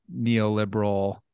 neoliberal